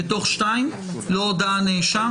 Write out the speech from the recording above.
בתוך (2), לא הודה הנאשם?